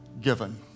given